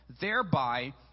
thereby